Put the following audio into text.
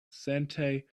sentai